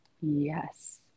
Yes